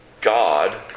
God